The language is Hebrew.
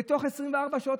ותוך 24 שעות,